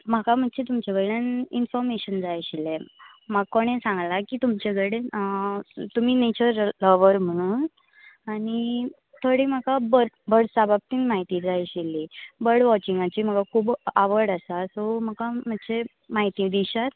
म्हाका मात्शें तुमचे कडल्यान इनफोर्मेशन जाय आशिल्लें म्हाका कोणें सांगला की तुमचे कडेन तुमी नेचर लवर म्हणून आनी थोडी म्हाका बर्ड्स बर्ड्सां बाबतीन म्हायती जाय आशिल्ली बर्ड वॉचिंगाची म्हाका खूब आवड आसा सो म्हाका मात्शें म्हायती दिशात